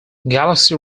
galaxy